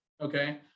okay